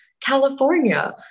california